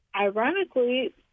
ironically